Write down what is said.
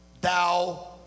thou